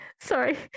Sorry